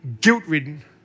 guilt-ridden